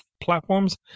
platforms